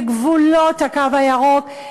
בגבולות הקו הירוק,